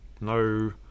no